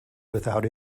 without